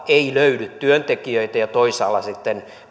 ei löydy työntekijöitä ja toisaalla sitten